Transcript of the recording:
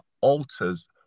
alters